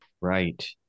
Right